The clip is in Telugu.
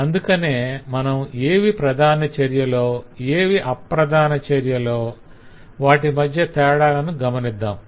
అందుకనే మనం ఏవి ప్రధాన చర్యలో ఏవి అప్రధాన చర్యలో వాటి మధ్య తేడాలను గమనిద్దాం